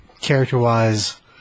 character-wise